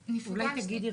אולי כדאי שתסבירי,